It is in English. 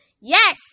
yes